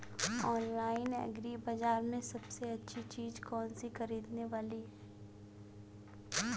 Online agri बाजार में सबसे अच्छी चीज कौन सी ख़रीदने वाली है?